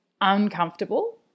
uncomfortable